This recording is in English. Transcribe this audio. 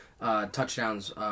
touchdowns